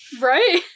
Right